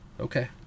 Okay